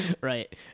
Right